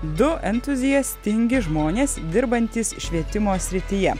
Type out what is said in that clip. du entuziastingi žmonės dirbantys švietimo srityje